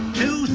two